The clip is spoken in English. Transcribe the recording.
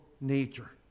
nature